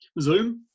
Zoom